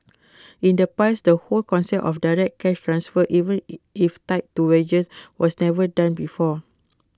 in the past that whole concept of direct cash transfers even if tied to wages was never done before